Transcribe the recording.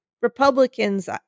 Republicans